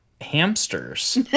hamsters